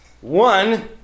One